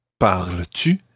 Parles-tu